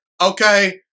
Okay